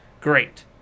great